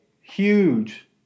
huge